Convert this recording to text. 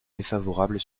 défavorable